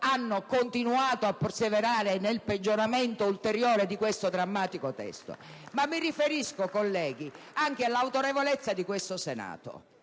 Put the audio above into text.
hanno continuato a perseverare nel peggioramento ulteriore di questo drammatico testo. *(Applausi dal Gruppo PD)*. Ma mi riferisco, colleghi, anche all'autorevolezza di questo Senato.